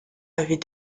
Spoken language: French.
avait